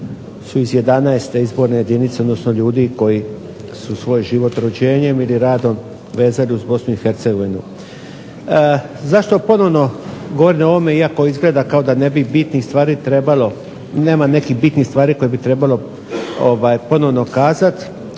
su iz 11. Izborne jedinice, odnosno ljudi koji su svoj život rođenjem ili radom vezali uz BiH. Zašto ponovno govorim o ovome iako izgleda kao da ne bi bitnih stvari trebalo, nema nekih bitnih stvari koje bi trebalo ponovno kazati